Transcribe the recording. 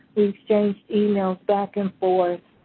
we exchanged emails back and forth,